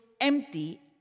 empty